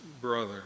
brother